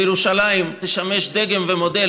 וירושלים תשמש דגם ומודל,